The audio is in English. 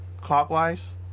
Clockwise